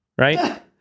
right